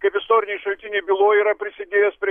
kaip istoriniai šaltiniai byloja yra prisidėjęs prie